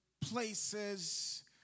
places